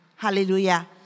Hallelujah